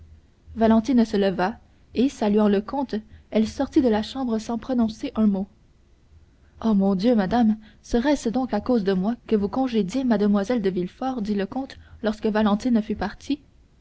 valentine se leva et saluant le comte elle sortit de la chambre sans prononcer un mot oh mon dieu madame serait-ce donc à cause de moi que vous congédiez mlle de villefort dit le comte lorsque valentine fut partie